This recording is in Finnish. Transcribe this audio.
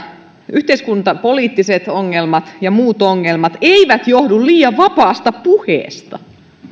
yhteiskuntapoliittiset ongelmat ja muut ongelmat eivät johdu liian vapaasta puheesta